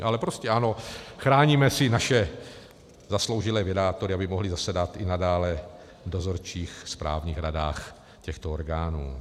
Ale prostě ano, chráníme si naše zasloužilé vědátory, aby mohli zasedat i nadále v dozorčích správních radách těchto orgánů.